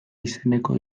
izeneko